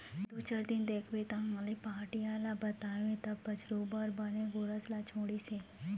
दू चार दिन देखेंव तहाँले पहाटिया ल बताएंव तब बछरू बर बने गोरस ल छोड़िस हे